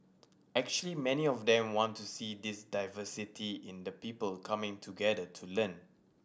actually many of them want to see this diversity in the people coming together to learn